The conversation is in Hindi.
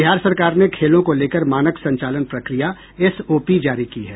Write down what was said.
बिहार सरकार ने खेलो को लेकर मानक संचालन प्रक्रिया एसओपी जारी की है